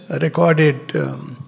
recorded